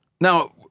Now